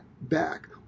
back